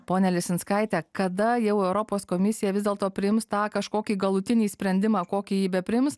pone lisinskaite kada jau europos komisija vis dėlto priims tą kažkokį galutinį sprendimą kokį jį bepriims